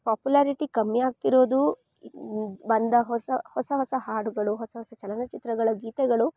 popularity ಕಮ್ಮಿ ಆಗ್ತಿರೋದು ಬಂದ ಹೊಸ ಹೊಸಹೊಸ ಹಾಡುಗಳು ಹೊಸಹೊಸ ಚಲನಚಿತ್ರಗಳ ಗೀತೆಗಳು